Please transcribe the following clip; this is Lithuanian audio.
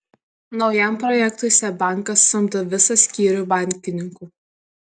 naujam projektui seb bankas samdo visą skyrių bankininkų